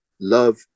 love